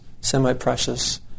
semi-precious